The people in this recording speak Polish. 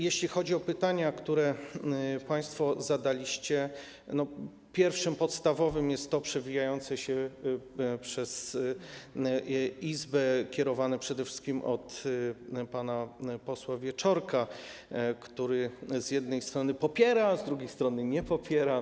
Jeśli chodzi o pytania, które państwo zadaliście, to pierwszym, podstawowym jest to przewijające się przez Izbę, kierowane przede wszystkim przez pana posła Wieczorka, który z jednej strony te rozwiązania popiera, a z drugiej strony ich nie popiera.